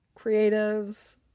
creatives